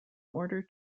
order